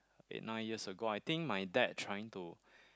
eight nine years ago I think my dad trying to